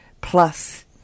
plus